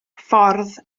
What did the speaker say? ffordd